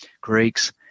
Greeks